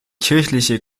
kirchliche